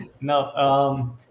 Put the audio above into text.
no